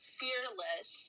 fearless